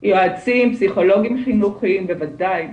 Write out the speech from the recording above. יועצים, פסיכולגים חינוכיים בוודאי.